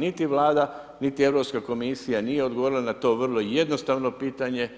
Niti Vlada, niti Europska komisija nije odgovorila n to vrlo jednostavno pitanje,